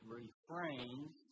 refrains